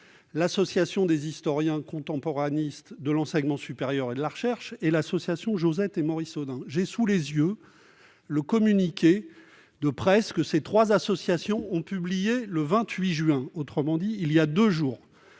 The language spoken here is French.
l'association des historiens contemporanéistes de l'enseignement supérieur et de la recherche et l'association Josette-et-Maurice-Audin. J'ai sous les yeux le communiqué de presse que ces trois associations ont publié le 28 juin dernier,